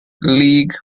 league